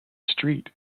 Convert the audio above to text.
street